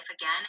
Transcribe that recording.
again